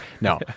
No